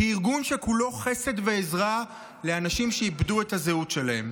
כארגון שכולו חסד ועזרה לאנשים שאיבדו את הזהות שלהם.